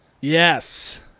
Yes